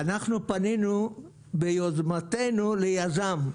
אנחנו פנינו ביוזמתנו ליזם.